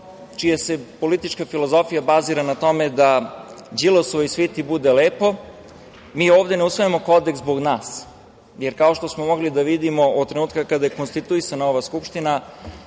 čija se politička filozofija bazira na tome da Đilasovoj sviti bude lepo, mi ovde ne usvajamo kodeks zbog nas, jer, kao što smo mogli da vidimo, od trenutka kada je konstituisana ova Skupština